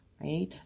right